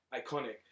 iconic